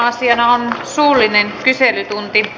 asiana on suullinen kyselytunti